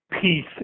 peace